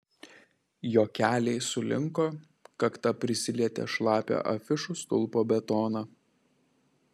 jo keliai sulinko kakta prisilietė šlapią afišų stulpo betoną